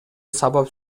сабап